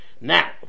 now